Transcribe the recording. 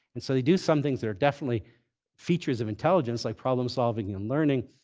and so they do some things there are definitely features of intelligence like problem solving and learning,